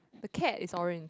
the cat is orange